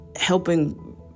helping